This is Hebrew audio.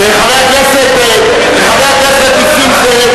(חבר הכנסת טלב אלסאנע יוצא מאולם